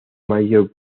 mayor